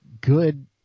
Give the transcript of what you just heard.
good